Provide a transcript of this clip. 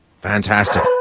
fantastic